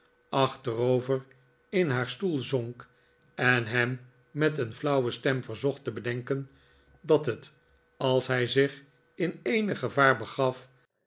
achterover in haar stoel zonk en hem met een flauwe stem verzocht te bedenken dat het als hij zich in eenig gevaar begaf